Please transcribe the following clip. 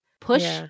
Push